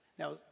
Now